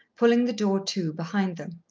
pulling the door to behind them.